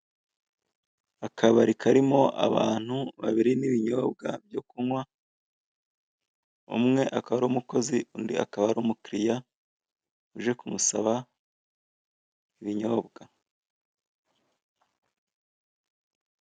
Akabari karimo abantu babiri nibinyobwa byo kunkwa, umwe akaba ari umukozi undi akaba ari umukiriya uje kumusaba ibinyobwa